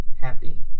happy